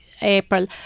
April